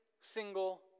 single